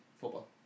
football